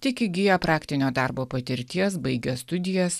tik įgiję praktinio darbo patirties baigę studijas